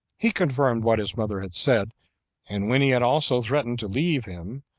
he confirmed what his mother had said and when he had also threatened to leave him,